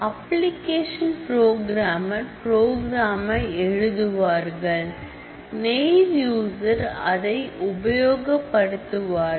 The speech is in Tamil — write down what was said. அப்ளிகேஷன் புரோகிராமர் ப்ரோக்ராமை எழுதுவார்கள் நைவ் யூஸர் அதை உபயோகப்படுத்துவார்கள்